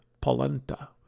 polenta